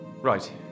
Right